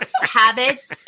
habits